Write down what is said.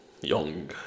young